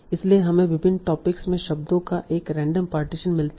इसलिए हमें विभिन्न टॉपिक्स में शब्दों का एक रैंडम पार्टीशन मिलता है